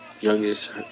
youngest